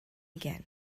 again